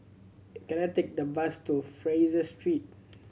can I take the bus to Fraser Street